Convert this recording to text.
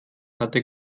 hatte